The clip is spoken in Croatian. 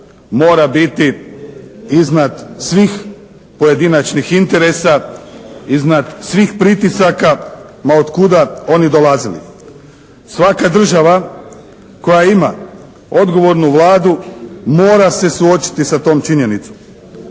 mora biti iznad svih pojedinačnih interesa, iznad svih pritisaka ma od kuda oni dolazili. Svaka država koja ima odgovornu Vladu mora se suočiti sa tom činjenicom.